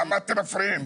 למה אתם מפריעים?